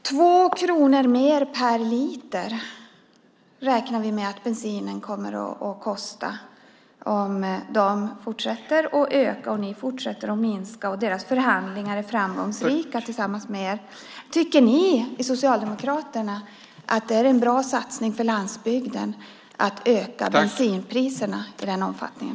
2 kronor mer per liter räknar vi med att bensinen kommer att kosta om de fortsätter att öka och ni fortsätter att minska och deras förhandlingar med er är framgångsrika. Tycker ni i Socialdemokraterna att det är en bra satsning för landsbygden att öka bensinpriserna i den omfattningen?